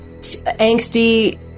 angsty